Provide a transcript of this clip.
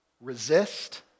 resist